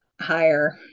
Higher